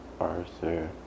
Arthur